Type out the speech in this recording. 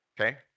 Okay